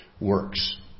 works